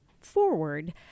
forward